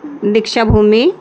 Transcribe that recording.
Deekshabhoomi